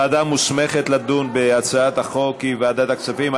הוועדה המוסמכת לדון בהצעת החוק היא ועדת הכספים.